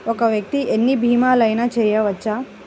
ఒక్క వ్యక్తి ఎన్ని భీమలయినా చేయవచ్చా?